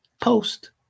post